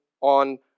on